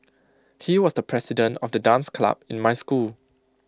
he was the president of the dance club in my school